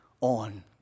on